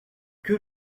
que